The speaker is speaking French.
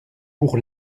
pour